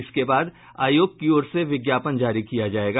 इसके बाद आयोग की ओर से विज्ञान जारी किया जायेगा